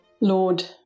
Lord